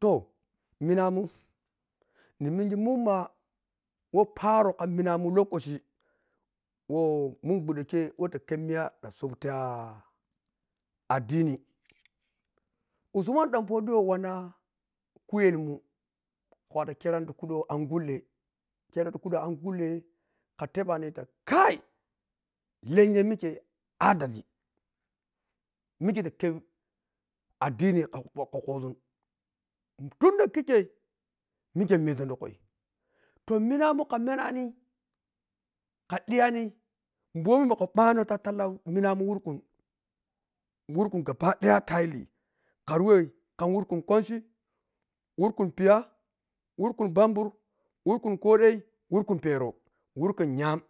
To minamun nimengi mumma who paro ka minamun lokachi who munguɗe kei whe ta hep miya ma soɓu tiya aɗɗini usuman danpodiio wanna kuyelmun a watu kheren ti kudo angulle khere tikudo angulle ka tebani ta kai lenya mikkei adali mike ta khep aɗɗini ka po kuzun tunda kikkei mike mezun tikui toh minamun ka menoni, ka ɗiyani mɓomi maka ɓano ta tallani minamun wurkun wurkun gaba ɗaya entirely kari whe kam wurkun kwanchi, wurkun piya, wurkun ɓamɓur, wurkun koɗe, wurkun pero, wurkun nyam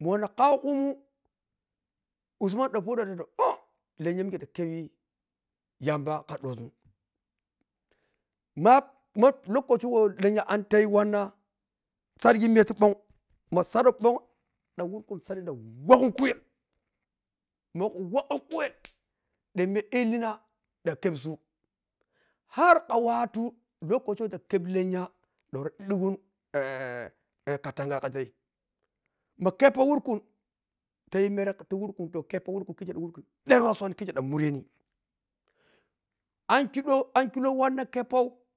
mu wanna kaukumun usman dan podio ɗan ɗa ah! Lenya mike ta khebi yamba kaɗozun map ma lokaci who lenya antei wanna saɗgi miya ti ɓhong ma saɗo ɓhong ɗan wurkun savu ɗan waggun kuyel ma waggun kuyel ɗan me illina van khepzun har kawatu lokaci whe ta khep lenya da war ɗugun katanga ka tei ma khepppo wurkun tayi mere ti wurkun to kheppo wurkun kikkei wurkun ɗel rossoni ɗan mureni ankilo ankilo wanna kheppou.